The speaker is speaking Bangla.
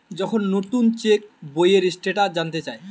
যখন নুতন চেক বইয়ের স্টেটাস জানতে চায়